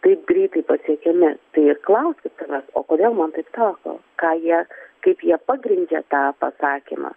taip greitai pasiekiami tai klauskit savęs o kodėl man taip sako ką jie kaip jie pagrindžia tą pasakymą